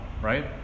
right